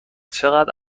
چقد